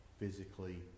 physically